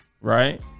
right